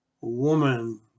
Woman